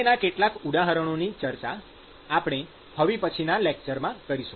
તેના કેટલાક ઉદાહરણોની ચર્ચા આપણે હવે પછીનાં લેકચરમાં કરીશું